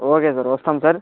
okay sir వస్తాం sir